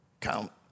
count